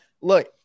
Look